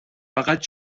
فقط